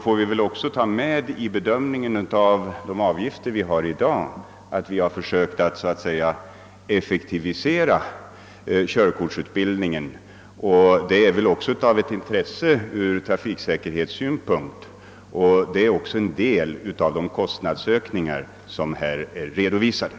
När vi bedömer storleken av de nuvarande avgifterna måste vi ta med i beräkningen att försök har gjorts att effektivisera körkortsutbildningen. Detta är ett intresse ur trafiksäkerhetssynpunkt, och utgör bakgrunden till en del av de kostnadsökningar som redovisats.